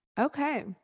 Okay